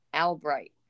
Albright